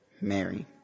Mary